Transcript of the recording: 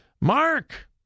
Mark